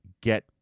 get